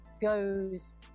goes